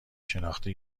شناختی